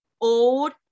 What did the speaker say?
old